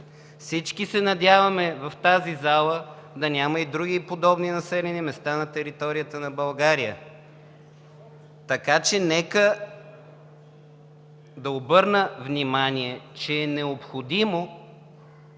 Всички се надяваме в тази зала да няма и други подобни населени места на територията на България. Нека да обърна внимание, че е необходимо